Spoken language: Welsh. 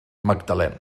magdalen